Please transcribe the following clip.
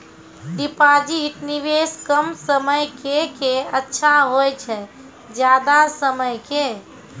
Deposit निवेश कम समय के के अच्छा होय छै ज्यादा समय के?